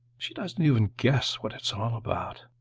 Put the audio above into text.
she doesn't even guess what it's all about.